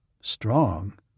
Strong